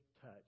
touch